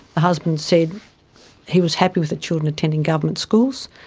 the husband said he was happy with the children attending government schools.